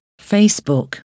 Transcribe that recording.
Facebook